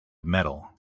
metal